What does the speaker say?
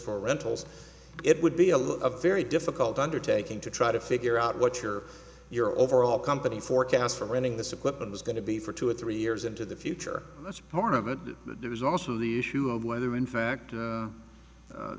for rentals it would be a lot of very difficult undertaking to try to figure out what your your overall company forecast for running this equipment was going to be for two or three years into the future that's part of it but there was also the issue of whether in fact